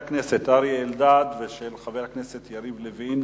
הכנסת אריה אלדד ושל חבר הכנסת יריב לוין,